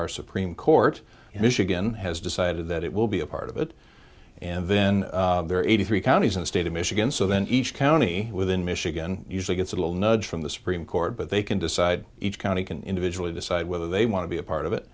our supreme court michigan has decided that it will be a part of it and then there are eighty three counties in the state of michigan so then each county within michigan usually gets a little nudge from the supreme court but they can decide each county can individually decide whether they want to be a part of it